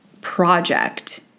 project